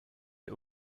est